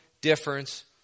difference